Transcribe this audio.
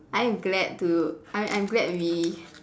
I am glad to I'm I'm glad we